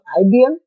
IBM